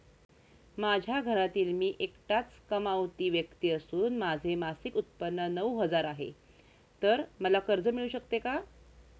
माझ्या घरातील मी एकटाच कमावती व्यक्ती असून माझे मासिक उत्त्पन्न नऊ हजार आहे, तर मला कर्ज मिळू शकते का?